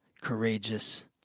courageous